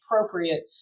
appropriate